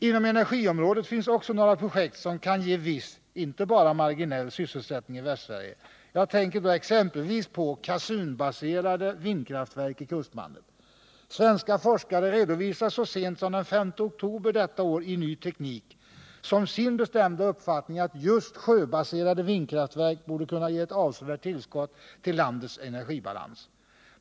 Inom energiområdet finns också några projekt, som kan ge viss — inte bara marginell — sysselsättning i Västsverige. Jag tänker då exempelvis på kassunbaserade vindkraftverk i kustbandet. Svenska forskare redovisar så sent som den 5 oktober detta år i Ny Teknik som sin bestämda uppfattning, att just sjöbaserade vindkraftverk borde kunna ge ett avsevärt tillskott till landets energibalans.